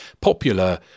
popular